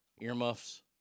earmuffs